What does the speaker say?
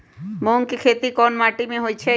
मूँग के खेती कौन मीटी मे होईछ?